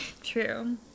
true